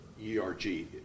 E-R-G